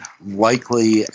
likely